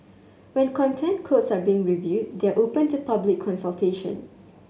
when Content Codes are being reviewed they are open to public consultation